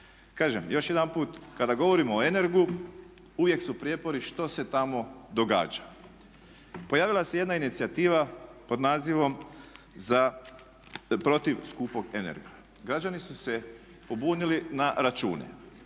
Kažem još jedanput kada govorimo o Energu uvijek su prijepori što se tamo događa. Pojavila se jedna inicijativa pod nazivom protiv skupog Energa. Građani su se pobunili na račune.